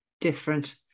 different